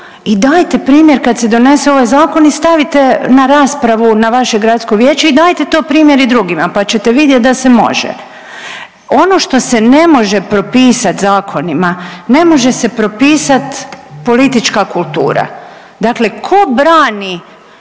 i dajte primjer kad se donese ovaj zakon i stavite na raspravu na vaše gradsko vijeće i daje to primjer i drugima, pa ćete vidjeti da se može. Ono što se ne može propisat zakonima ne može se propisat politička kultura. Dakle, tko brani,